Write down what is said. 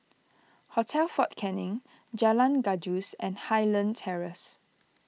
Hotel fort Canning Jalan Gajus and Highland Terrace